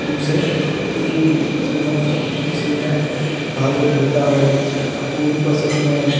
book से फिर भी श्रीमद् श्रीमद् भागवत गीता है आप वो भी पढ़ सकते हैं